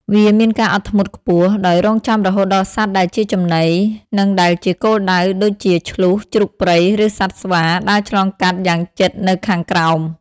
វាមានការអត់ធ្មត់ខ្ពស់ ដោយរង់ចាំរហូតដល់សត្វដែលជាចំណី និងដែលជាគោលដៅ ដូចជាឈ្លូស ជ្រូកព្រៃ ឬសត្វស្វា ដើរឆ្លងកាត់យ៉ាងជិតនៅខាងក្រោម។